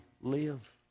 live